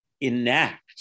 enact